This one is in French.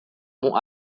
monts